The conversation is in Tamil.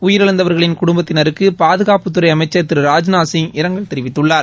உயிரிழந்தவர்களின் குடும்பத்தினருக்கு பாதுகாப்புத்துறை அமைச்சர் திரு ராஜ்நாத் சிங் இரங்கல் தெரிவித்துள்ளார்